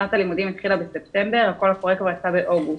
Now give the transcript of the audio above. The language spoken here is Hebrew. שנת הלימודים התחילה בספטמבר וכל הפרויקט כבר יצא באוגוסט.